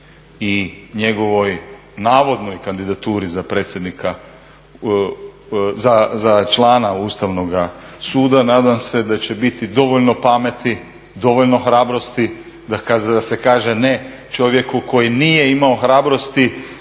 i njegovoj navodnoj kandidaturi za člana Ustavnoga suda, nadam se da će biti dovoljno pameti, dovoljno hrabrosti da se kaže ne čovjeku koji nije imao hrabrosti